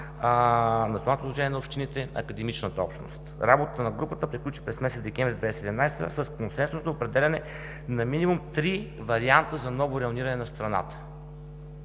Националното сдружение на общините, академичната общност. Работата на групата приключи през месец декември 2017 г. с консенсусно определяне на минимум три варианта за ново райониране на страната.